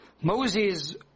Moses